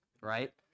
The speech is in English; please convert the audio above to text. right